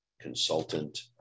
consultant